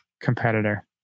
competitor